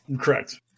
Correct